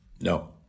no